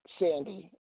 Sandy